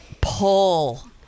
pull